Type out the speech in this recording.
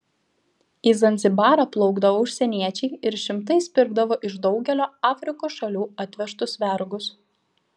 į zanzibarą plaukdavo užsieniečiai ir šimtais pirkdavo iš daugelio afrikos šalių atvežtus vergus